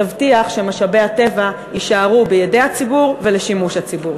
תבטיח שמשאבי הטבע יישארו בידי הציבור ולשימוש הציבור.